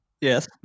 Yes